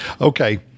okay